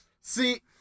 See